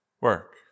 work